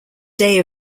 day